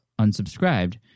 unsubscribed